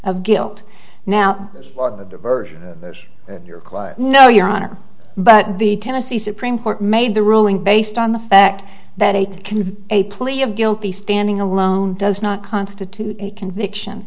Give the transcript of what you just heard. of guilt now a diversion no your honor but the tennessee supreme court made the ruling based on the fact that it can be a plea of guilty standing alone does not constitute a conviction